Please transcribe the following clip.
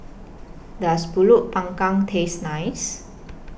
Does Pulut Panggang Taste nice